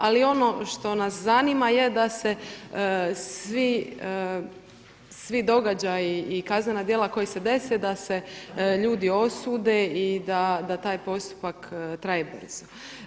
Ali ono što nas zanima je da se svi događaji i kaznena djela koji se dese da se ljudi osude i da taj postupak traje brzo.